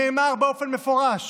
נאמר באופן מפורש